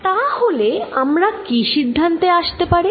তাহলে আমরা কী সিদ্ধান্তে আসতে পারি